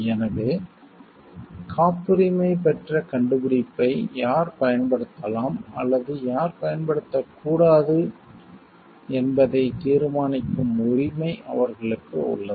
எனவே காப்புரிமை பெற்ற கண்டுபிடிப்பை யார் பயன்படுத்தலாம் அல்லது யார் பயன்படுத்தக்கூடாது என்பதை தீர்மானிக்கும் உரிமை அவர்களுக்கு உள்ளது